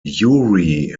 yuri